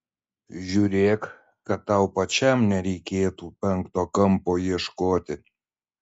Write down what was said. žiūrėk kad tau pačiam nereikėtų penkto kampo ieškoti